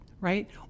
right